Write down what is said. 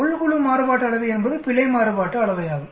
உள் குழு மாறுபாட்டு அளவை என்பது பிழை மாறுபாட்டு அளவையாகும்